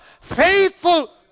faithful